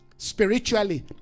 spiritually